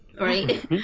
right